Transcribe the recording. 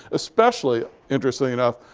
especially, interesting enough,